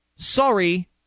Sorry